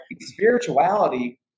spirituality